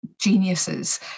geniuses